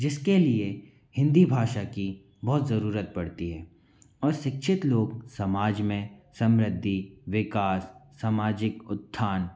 जिसके लिए हिंदी भाषा की बहुत ज़रूरत पड़ती है और शिक्षित लोग समाज में समृद्धि विकास सामाजिक उत्थान